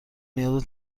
نیاز